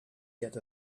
yet